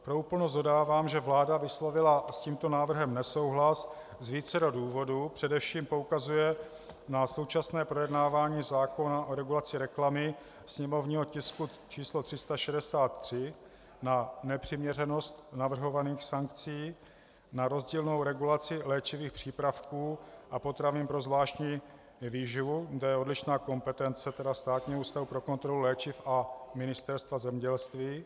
Pro úplnost dodávám, že vláda vyslovila s tímto návrhem nesouhlas z vícero důvodů, především poukazuje na současné projednávání zákona o regulaci reklamy, sněmovního tisku 363, na nepřiměřenost navrhovaných sankcí, na rozdílnou regulaci léčivých přípravků a potravin pro zvláštní výživu to je odlišná kompetence Státního ústavu pro kontrolu léčiv a Ministerstva zemědělství.